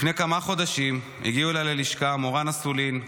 לפני כמה חודשים הגיעו אליי ללשכה מורן אסולין,